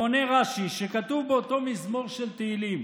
עונה רש"י: שכתוב באותו מזמור של תהילים: